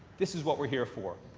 this is what we're here for.